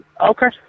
Okay